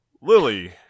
Lily